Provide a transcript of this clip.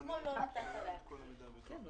שאתמול לא הצלחת להשיג.